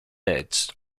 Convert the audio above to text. edged